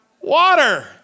Water